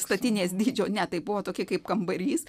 statinės dydžio ne taip buvo tokia kaip kambarys